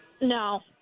no